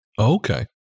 Okay